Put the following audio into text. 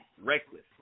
reckless